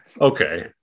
okay